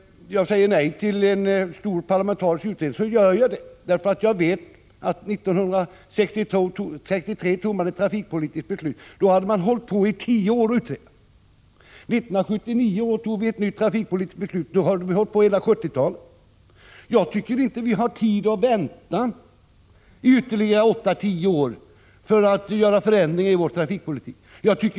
Jag säger nej till en stor parlamentarisk utredning av följande skäl. När man fattade 1963 års trafikpolitiska beslut hade man bedrivit utredningsarbete i tio år. År 1979 fattade vi ett nytt trafikpolitiskt beslut efter utredningsarbete som bedrivits under hela 70-talet. Jag tycker inte att vi har tid att vänta ytterligare åtta till tio år på förändringar i vår trafikpolitik.